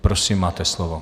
Prosím, máte slovo.